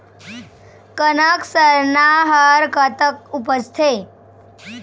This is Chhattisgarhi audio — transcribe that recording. कनक सरना हर कतक उपजथे?